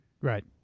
Right